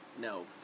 No